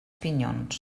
pinyons